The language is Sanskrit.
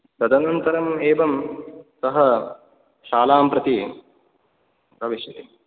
तदनन्तरम् एवं सः शालां प्रति प्रविशति